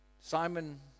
Simon